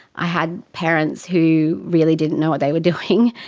i had parents who really didn't know what they were doing.